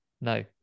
No